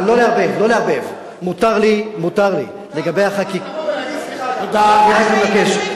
אבל לא לערבב, מותר לי, לגבי החקיקה, תתבייש לך.